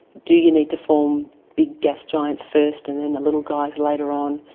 do you need to form big gas giants first and then the little guys later on?